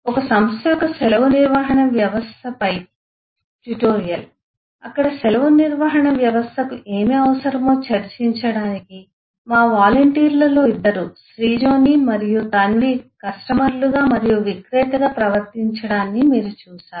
ఒక సంస్థ యొక్క సెలవు నిర్వహణ వ్యవస్థపై ట్యుటోరియల్ అక్కడ సెలవు నిర్వహణ వ్యవస్థకు ఏమి అవసరమో చర్చించడానికి మా వాలంటీర్లలో ఇద్దరు శ్రీజోని మరియు తన్వి కస్టమర్లుగా మరియు విక్రేతగా ప్రవర్తించడాన్ని మీరు చూశారు